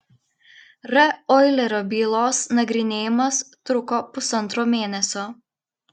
r oilerio bylos nagrinėjimas truko pusantro mėnesio